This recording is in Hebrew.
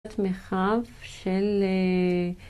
זאת מחב של....